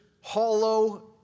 hollow